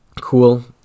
cool